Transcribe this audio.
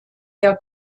der